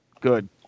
good